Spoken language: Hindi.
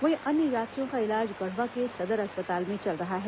वहीं अन्य यात्रियों का इलाज गढ़वा के सदर अस्पताल में चल रहा है